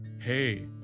Hey